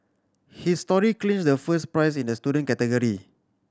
his story clinched the first prize in the student category